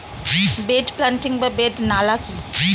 Bed planting বা bed নালা কি?